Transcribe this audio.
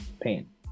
pain